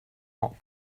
not